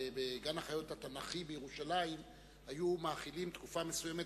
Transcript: שבגן החיות התנ"כי בירושלים היו מאכילים בתקופה מסוימת